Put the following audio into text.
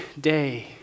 day